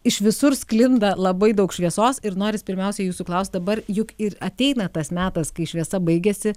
iš visur sklinda labai daug šviesos ir noris pirmiausia jūsų klaust dabar juk ir ateina tas metas kai šviesa baigiasi